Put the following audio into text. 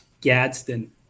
Gadsden